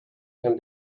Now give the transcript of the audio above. can